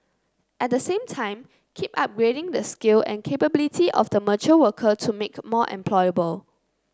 at the same time keep upgrading the skill and capability of the mature worker to make more employable